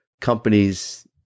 companies